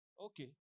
Okay